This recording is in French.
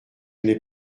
n’ai